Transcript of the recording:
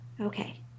Okay